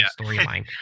storyline